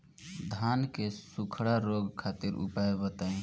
धान के सुखड़ा रोग खातिर उपाय बताई?